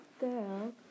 girl